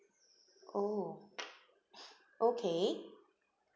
oh okay